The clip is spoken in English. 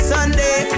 Sunday